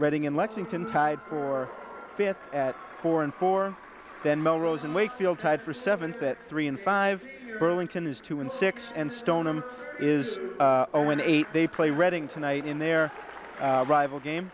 reading in lexington tied for fifth at four and four then melrose and wakefield tied for seventh at three and five burlington is two and six and stone is a win eight they play reading tonight in their rival game